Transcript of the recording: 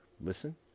listen